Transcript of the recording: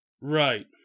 Right